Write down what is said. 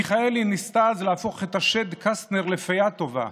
מיכאלי ניסתה אז להפוך את השד קסטנר לפיה טובה,